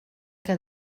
que